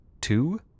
Two